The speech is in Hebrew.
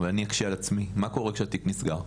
אבל אני אקשה על עצמי, מה קורה כאשר התיק נסגר?